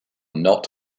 not